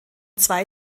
zwei